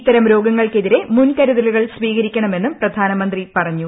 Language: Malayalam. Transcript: ഇത്തരം രോഗങ്ങൾക്കെതിരെ മുൻകരുതലുകൾ സ്വീകരിക്കണമെന്നും പ്രധാനമന്ത്രി പറഞ്ഞു